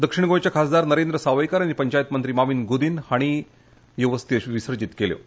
दक्षिण गोंयचे खासदार नरेंद्र सावयकार आनी पंचायत मंत्री मॉविन गुदिन्हो हांणी ह्यो अस्थी विसर्जित केल्यो